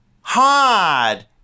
Hard